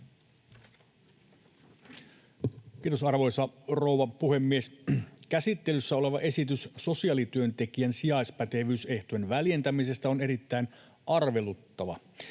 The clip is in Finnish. Kiitos, arvoisa rouva puhemies! Käsittelyssä oleva esitys sosiaalityöntekijän sijaispätevyysehtojen väljentämisestä on erittäin arveluttava.